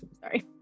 sorry